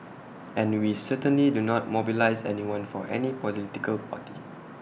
and we certainly do not mobilise anyone for any political party